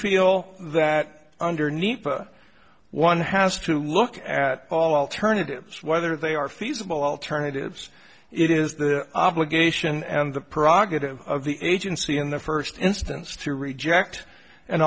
feel that underneath one has to look at all alternatives whether they are feasible alternatives it is the obligation and the prerogative of the agency in the first instance to reject an